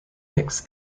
mixed